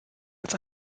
als